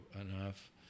enough